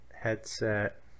headset